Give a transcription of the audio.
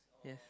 yes